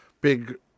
big